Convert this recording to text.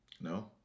No